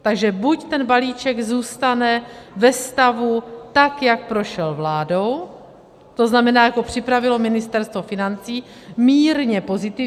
Takže buď ten balíček zůstane ve stavu tak, jak prošel vládou, to znamená, jak ho připravilo Ministerstvo financí, mírně pozitivní.